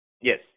Yes